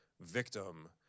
victim